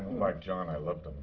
like john, i love them.